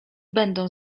będą